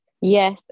yes